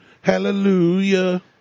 hallelujah